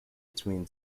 between